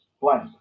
Blank